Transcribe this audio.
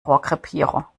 rohrkrepierer